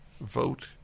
vote